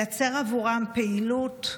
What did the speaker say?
לייצר עבורם פעילות,